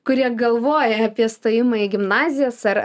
kurie galvoja apie stojimą į gimnazijas ar